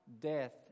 death